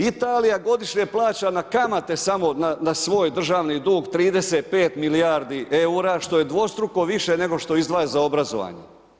Italija godišnje plaća na kamate samo na svoj državni dug 35 milijardi EUR-a, što je dvostruko više nego što izdvaja za obrazovanje.